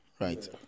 right